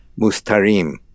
mustarim